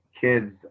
kids